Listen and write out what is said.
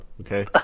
Okay